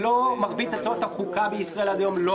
מרבית הצעות החוקה בישראל עד היום לא